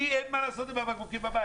ואז אני, אין לי מה לעשות עם הבקבוקים בבית.